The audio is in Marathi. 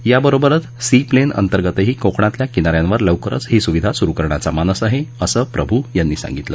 याबरोबरच सीप्लेन अंतर्गतही कोकणातल्या किनाऱ्यावर लवकरच ही सुविधा सुरु करण्याचा मानस आहे असं प्रभू यांनी सांगितलं